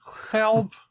Help